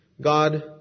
God